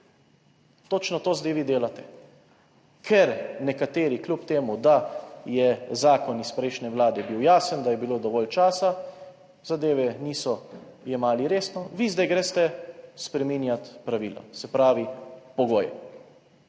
točno to zdaj vi delate -, ker nekateri, kljub temu, da je zakon iz prejšnje Vlade bil jasen, da je bilo dovolj časa, zadeve niso jemali resno. Vi zdaj greste spreminjat pravila, se pravi, pogoje.